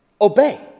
obey